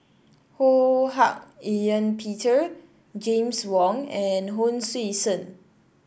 Ho Hak Ean Peter James Wong and Hon Sui Sen